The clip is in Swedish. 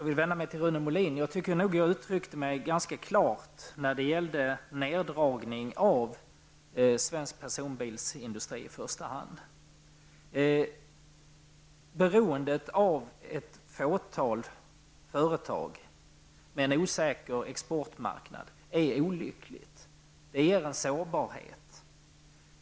Herr talman! Jag tyckte nog att jag uttryckte mig ganska klart i frågan om den neddragning av i första hand svensk personbilsindustri. Beroendet av ett fåtal företag med en osäker exportmarknad är olyckligt och ger en sårbarhet.